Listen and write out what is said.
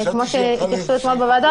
כמו שהתייחסו אתמול בוועדה,